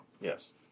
Yes